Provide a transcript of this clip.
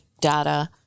data